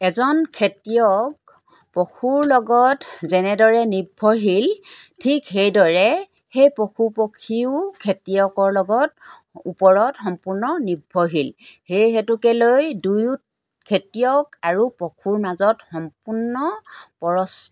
এজন খেতিয়ক পশুৰ লগত যেনেদৰে নিৰ্ভৰশীল ঠিক সেইদৰে সেই পশু পক্ষীও খেতিয়কৰ লগত ওপৰত সম্পূৰ্ণ নিৰ্ভৰশীল সেই হেতুকে লৈ দুয়ো খেতিয়ক আৰু পশুৰ মাজত সম্পূৰ্ণ